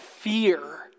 fear